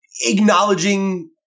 acknowledging